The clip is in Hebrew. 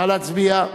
נא להצביע.